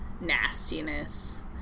nastiness